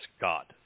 God